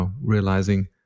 realizing